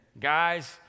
guys